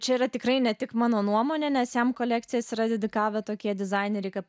čia yra tikrai ne tik mano nuomonė nes jam kolekcijas yra dedikavę tokie dizaineriai kaip